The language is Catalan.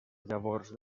llavors